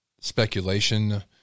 speculation